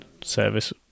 service